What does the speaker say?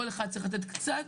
כל אחד צריך לתת קצת,